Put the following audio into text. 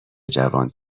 جوان